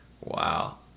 Wow